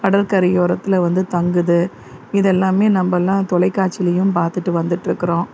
கடல் கரை ஓரத்தில் வந்து தங்குது இதெல்லாமே நம்மல்லாம் தொலைக்காட்சிலேயும் பார்த்துட்டு வந்துட்டுருக்கிறோம்